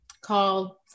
called